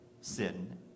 sin